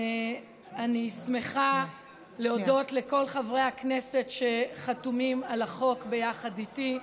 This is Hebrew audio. אני שמחה להודות לכל חברי הכנסת שחתומים על החוק ביחד איתי.